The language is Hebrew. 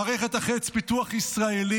מערכת החץ, פיתוח ישראל,